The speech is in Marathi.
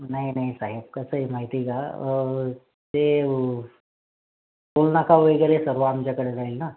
नाही नाही साहेब कसं आहे माहीत आहे का ते टोलनाका वगैरे सर्व आमच्याकडे राहील ना